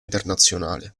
internazionale